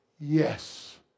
Yes